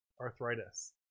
arthritis